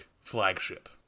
flagship